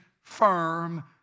firm